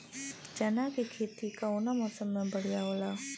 चना के खेती कउना मौसम मे बढ़ियां होला?